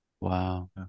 Wow